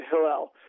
Hillel